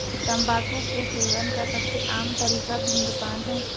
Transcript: तम्बाकू के सेवन का सबसे आम तरीका धूम्रपान है